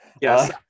Yes